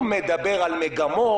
הוא מדבר על מגמות,